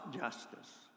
justice